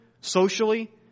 socially